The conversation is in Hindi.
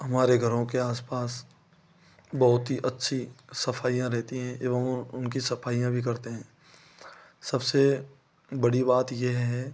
हमारे घरों के आस पास बहुत ही अच्छी सफाइयाँ रहती हैं एवम उनकी सफाइयाँ भी करते हैं सबसे बड़ी बात यह है